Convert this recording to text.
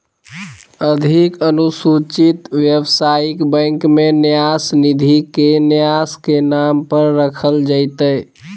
अधिक अनुसूचित व्यवसायिक बैंक में न्यास निधि के न्यास के नाम पर रखल जयतय